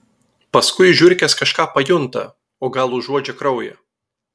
paskui žiurkės kažką pajunta o gal užuodžia kraują